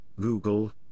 Google